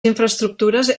infraestructures